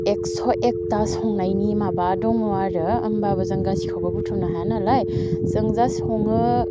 एकस' एकथा संनायनि माबा दङ आरो होमबाबो जों गासिखौबो बुथुमनो हाया नालाय जों जास्ट सङो